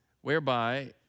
whereby